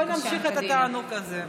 בואו נמשיך את התענוג הזה.